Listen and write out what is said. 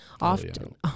Often